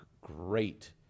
great